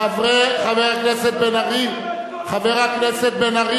חבר הכנסת בן-ארי חבר הכנסת בן-ארי,